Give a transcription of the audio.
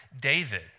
David